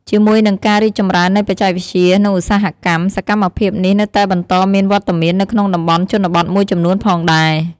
ជាមួយនឹងការរីកចម្រើននៃបច្ចេកវិទ្យា និងឧស្សាហកម្ម សកម្មភាពនេះនៅតែបន្តមានវត្តមាននៅក្នុងតំបន់ជនបទមួយចំនួនផងដែរ។